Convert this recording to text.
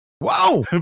Wow